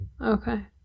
Okay